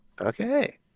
Okay